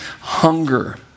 hunger